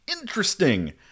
interesting